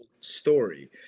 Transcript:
story